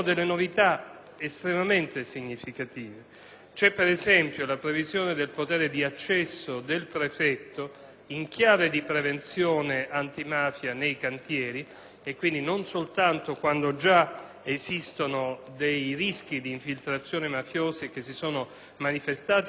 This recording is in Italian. C'è, per esempio, la previsione del potere di accesso del prefetto in chiave di prevenzione antimafia nei cantieri; quindi, non soltanto quando già esistono rischi di infiltrazione mafiosa che si sono concretizzati, ma quando c'è il timore che si manifestino.